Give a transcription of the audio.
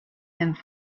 and